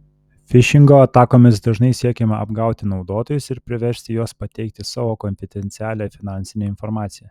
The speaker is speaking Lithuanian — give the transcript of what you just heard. fišingo atakomis dažnai siekiama apgauti naudotojus ir priversti juos pateikti savo konfidencialią finansinę informaciją